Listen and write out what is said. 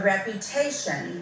reputation